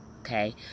okay